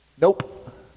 nope